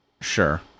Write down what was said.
Sure